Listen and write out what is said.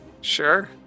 Sure